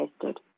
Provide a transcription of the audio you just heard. tested